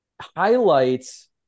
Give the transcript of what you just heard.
highlights